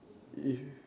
if